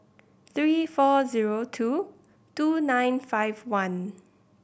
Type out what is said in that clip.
three four zero two two nine five one